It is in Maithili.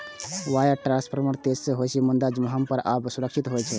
वायर ट्रांसफर तेज तं होइ छै, मुदा महग आ कम सुरक्षित होइ छै